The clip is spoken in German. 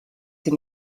sie